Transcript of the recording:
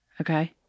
Okay